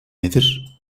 nedir